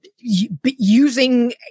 Using